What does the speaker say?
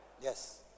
yes